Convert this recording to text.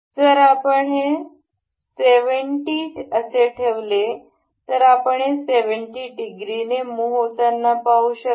जर आपण हे 70 असे म्हटले तर आपण हे 70 डिग्री ने मुह होताना पाहू शकता